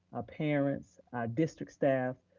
ah parents, our district staff,